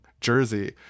jersey